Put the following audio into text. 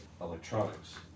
electronics